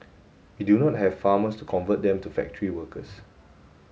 we do not have farmers to convert them to factory workers